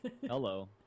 Hello